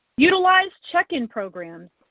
utilize check-in programs.